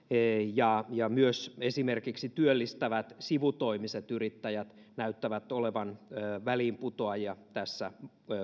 ja ja myös esimerkiksi työllistävät sivutoimiset yrittäjät näyttävät olevan väliinputoajia tässä